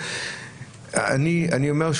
אני אומר,